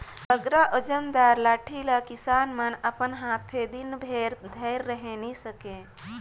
बगरा ओजन दार लाठी ल किसान मन अपन हाथे दिन भेर धइर रहें नी सके